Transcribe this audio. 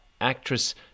actress